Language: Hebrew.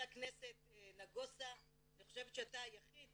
הכנסת נגוסה, אני חושבת שאתה היחיד